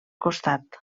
costat